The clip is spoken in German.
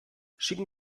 schicken